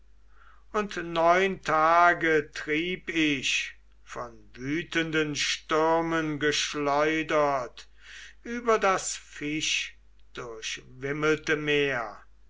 und neun tage trieb ich von wütenden stürmen geschleudert über das fischdurchwimmelte meer